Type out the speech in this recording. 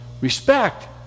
respect